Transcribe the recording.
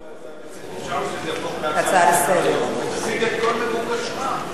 אפשר שזה יהפוך להצעה לסדר-היום ותשיג את כל מבוקשך.